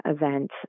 event